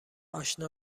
اشنا